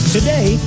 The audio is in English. today